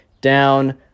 down